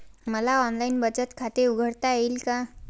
मला ऑनलाइन बचत खाते उघडता येईल का?